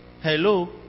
Hello